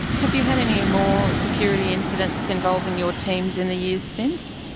have you had any more security incidents involving your teams in the years since?